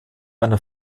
einer